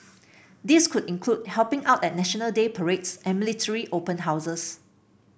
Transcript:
this could include helping out at National Day parades and military open houses